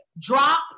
drop